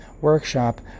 workshop